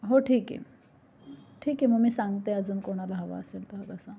हो ठीक आहे ठीक आहे मग मी सांगते अजून कोणाला हवा असेल हवंसा